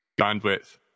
bandwidth